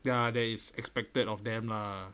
ya that is expected of them lah